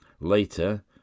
Later